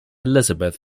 elizabeth